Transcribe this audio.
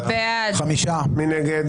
מי נגד?